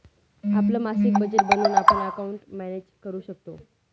आपलं मासिक बजेट बनवून आपण अकाउंट मॅनेज करू शकतो